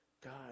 God